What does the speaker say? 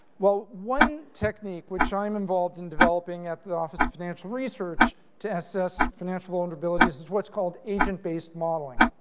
well, one technique which i'm involved in developing at the office of financial research to assess financial vulnerabilities is what's called agent-based modeling.